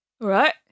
Right